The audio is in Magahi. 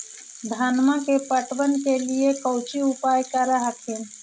धनमा के पटबन के लिये कौची उपाय कर हखिन?